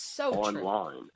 online